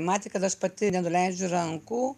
matė kad aš pati nenuleidžiu rankų